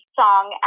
song